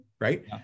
Right